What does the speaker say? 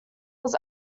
was